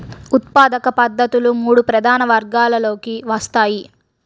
ఉత్పాదక పద్ధతులు మూడు ప్రధాన వర్గాలలోకి వస్తాయి